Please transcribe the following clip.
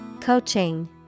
Coaching